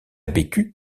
bécu